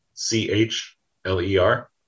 c-h-l-e-r